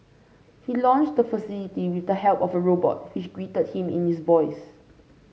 he launched the facility with the help of a robot which greeted him in his voice